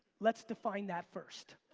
let's define that first.